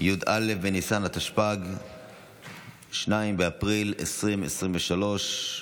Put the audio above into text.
י"א בניסן התשפ"ג (2 באפריל 2023)